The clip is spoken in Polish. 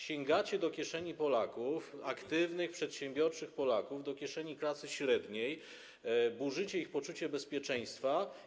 Sięgacie do kieszeni Polaków, aktywnych, przedsiębiorczych Polaków, do kieszeni klasy średniej, burzycie ich poczucie bezpieczeństwa.